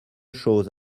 chose